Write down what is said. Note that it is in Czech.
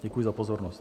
Děkuji za pozornost.